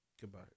Goodbye